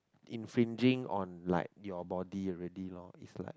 infringing on like your body already lor it's like